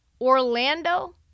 Orlando